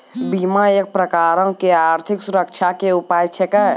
बीमा एक प्रकारो के आर्थिक सुरक्षा के उपाय छिकै